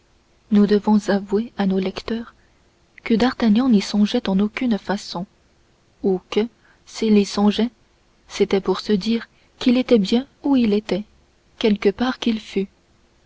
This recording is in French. nous devons avouer à nos lecteurs que d'artagnan n'y songeait en aucune façon ou que s'il y songeait c'était pour se dire qu'il était bien où il était quelque part qu'il fût